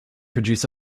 produce